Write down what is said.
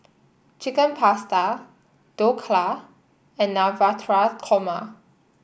Chicken Pasta Dhokla and Korma